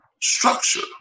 structure